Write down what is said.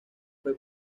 fue